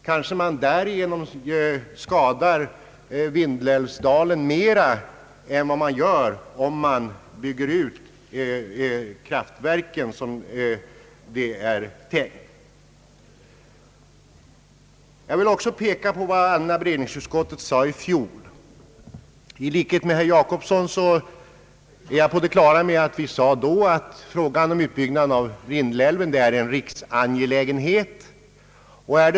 Kanske man därigenom skadar Vindelälvsdalen mera än man gör om man bygger ut kraftverken som det är tänkt. Jag vill också peka på vad allmänna beredningsutskottet uttalade i fjol. I likhet med herr Jacobsson är jag på det klara med att utskottet då sade att frågan om utbyggnaden av Vindelälven är en riksangelägenhet.